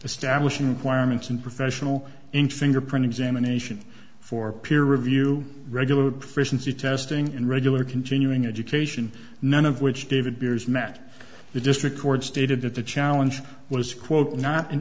establishing requirements and professional in fingerprint examination for peer review regular fish and sea testing and regular continuing education none of which david beers met the district court stated that the challenge was quote not an